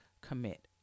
commit